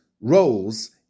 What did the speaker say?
roles